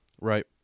Right